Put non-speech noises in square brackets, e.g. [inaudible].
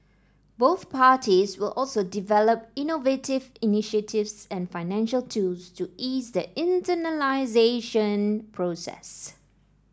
both parties will also develop innovative initiatives and financial tools to ease the [unintelligible] process